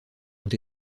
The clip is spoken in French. ont